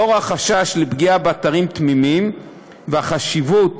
בשל החשש לפגיעה באתרים תמימים והחשיבות